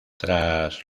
tras